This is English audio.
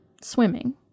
swimming